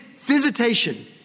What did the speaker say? visitation